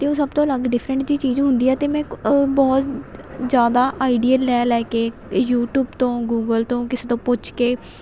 ਅਤੇ ਉਹ ਸਭ ਤੋਂ ਅਲੱਗ ਡਿਫਰੈਂਟ ਜਿਹੀ ਚੀਜ਼ ਹੁੰਦੀ ਹੈ ਅਤੇ ਮੈਂ ਕ ਬਹੁਤ ਜ਼ਿਆਦਾ ਆਈਡੀਆ ਲੈ ਲੈ ਕੇ ਯੂਟਿਊਬ ਤੋਂ ਗੂਗਲ ਤੋਂ ਕਿਸੇ ਤੋਂ ਪੁੱਛ ਕੇ